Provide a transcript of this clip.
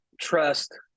trust